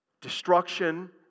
destruction